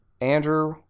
Andrew